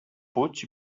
puig